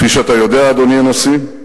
"כפי שאתה יודע, אדוני הנשיא,